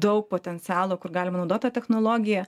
daug potencialo kur galima naudot tą technologiją